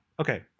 okay